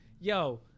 yo